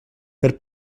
per